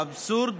האבסורד,